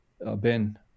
Ben